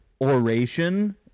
oration